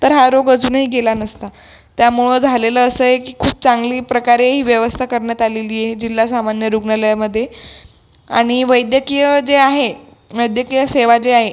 तर हा रोग अजूनही गेला नसता त्यामुळं झालेलं असय की खूप चांगली प्रकारे व्यवस्था करण्यात आलेली आहे जिल्हा सामान्य रुग्णालयामध्ये आणि वैद्यकीय जे आहे वैद्यकीय सेवा जे आहे